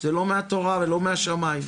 זה לא מהתורה ולא מהשמים,